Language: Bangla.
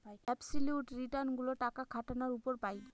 অবসোলিউট রিটার্ন গুলো টাকা খাটানোর উপর পাই